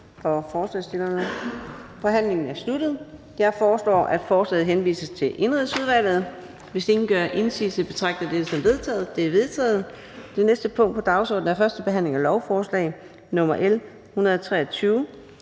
forhandlingen er nu sluttet. Jeg foreslår, at lovforslaget henvises til Sundhedsudvalget. Hvis ingen gør indsigelse, betragter jeg det som vedtaget. Det er vedtaget. --- Det næste punkt på dagsordenen er: 21) 1. behandling af beslutningsforslag